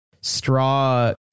straw